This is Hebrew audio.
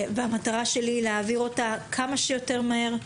והמטרה שלי היא להעביר אותה כמה שיותר מהר.